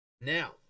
Now